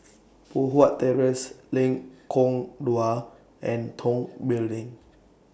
Poh Huat Terrace Lengkong Dua and Tong Building